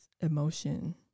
emotion